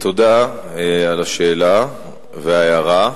תודה על השאלה וההערה.